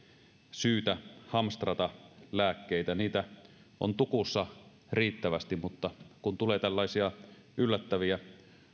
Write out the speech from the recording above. syytä hamstrata lääkkeitä niitä on tukussa riittävästi mutta kun tulee tällaisia yllättäviä